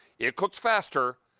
it cooks faster,